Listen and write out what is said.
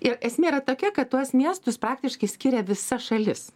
ir esmė yra tokia kad tuos miestus praktiškai skiria visa šalis